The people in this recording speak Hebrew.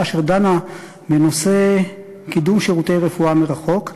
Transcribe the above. אשר דנה בנושא קידום שירותי רפואה מרחוק.